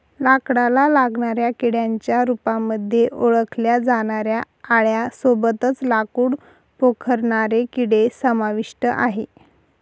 लाकडाला लागणाऱ्या किड्यांच्या रूपामध्ये ओळखल्या जाणाऱ्या आळ्यां सोबतच लाकूड पोखरणारे किडे समाविष्ट आहे